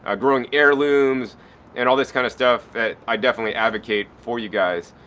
ah growing heirlooms and all this kind of stuff that i definitely advocate for you guys.